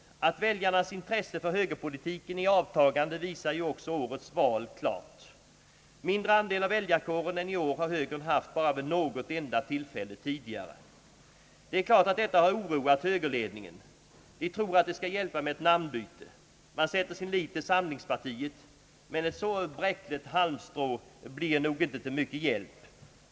Att väljarnas intresse för högerpolitiken är i avtagande visar ju också årets val klart. Mindre andel av väljarkåren än i år har högern bara haft vid något enda tillfälle tidigare. Det är klart att detta har oroat högerledningen. Den tror att det skall hjälpa med namnbyte. Man sätter sin lit till samlingspartiet. Men ett så bräckligt halmstrå blir nog inte till mycken hjälp.